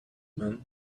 man